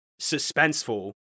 suspenseful